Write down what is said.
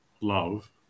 love